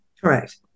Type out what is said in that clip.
Correct